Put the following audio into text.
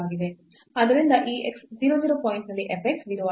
ಆದ್ದರಿಂದ ಈ 0 0 ಪಾಯಿಂಟ್ನಲ್ಲಿ f x 0 ಆಗಿದೆ